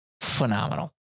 phenomenal